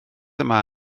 yma